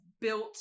built